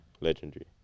Legendary